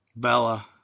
Bella